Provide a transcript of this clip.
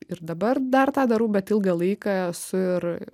ir dabar dar tą darau bet ilgą laiką esu ir